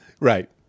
Right